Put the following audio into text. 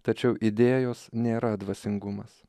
tačiau idėjos nėra dvasingumas